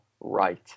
right